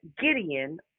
Gideon